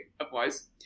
Otherwise